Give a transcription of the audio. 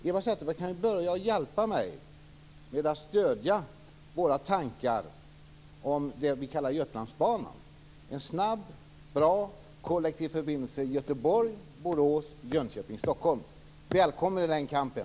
Hanna Zetterberg kan börja med att hjälpa mig med att stödja våra tankar om det vi kallar Götalandsbanan, en snabb, bra kollektiv förbindelse Göteborg-Borås-Jönköping Stockholm. Välkommen i den kampen!